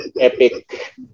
epic